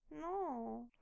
No